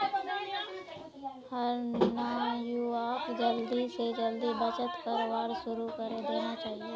हर नवयुवाक जल्दी स जल्दी बचत करवार शुरू करे देना चाहिए